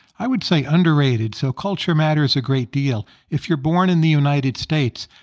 i would say underrated. so culture matters a great deal. if you're born in the united states,